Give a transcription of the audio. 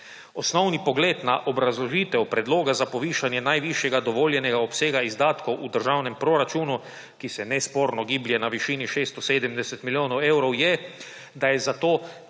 Osnovni pogled na obrazložitev predloga za povišanje najvišjega dovoljenega obsega izdatkov v državnem proračunu, ki se nesporno giblje na višini 670 milijonov evrov, je, da je za to pet